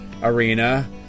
arena